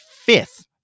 fifth